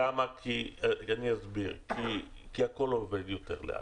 אני אסביר: כי הכל עובד יותר לאט,